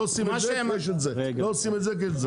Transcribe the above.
לא עושים את זה, כי יש את זה.